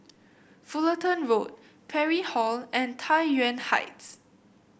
Fullerton Road Parry Hall and Tai Yuan Heights